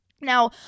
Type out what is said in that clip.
Now